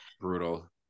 Brutal